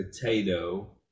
Potato